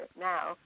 now